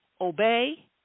obey